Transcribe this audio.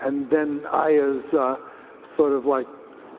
and then i as sort of like